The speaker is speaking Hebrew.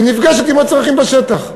ונפגשת עם הצרכים בשטח.